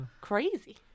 crazy